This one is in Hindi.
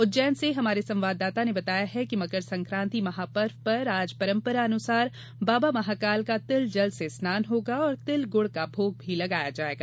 उज्जैन से हमारे संवाददाता ने बताया है कि मकर संक्रांति महापर्व पर आज परंपरा अनुसार बाबा महाकाल का तिल जल से स्नान होगा और तिल गुड का भोग भी लगाया जायेगा